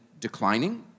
declining